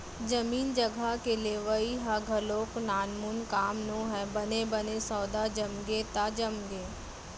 जमीन जघा के लेवई ह घलोक नानमून काम नोहय बने बने सौदा जमगे त जमगे